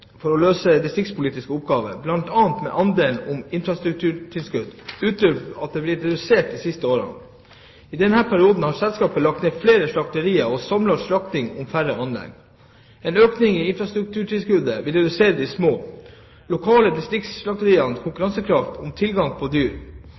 for å løse distriktspolitiske oppgaver med bl.a. innfrakttilskudd – uten at det er blitt redusert de siste årene. I denne perioden har selskapet lagt ned flere slakterier og samlet slakting på færre anlegg. En økning i innfrakttilskuddet vil redusere de små lokale